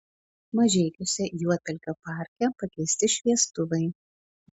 mažeikiuose juodpelkio parke pakeisti šviestuvai